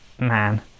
man